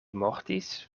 mortis